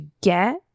get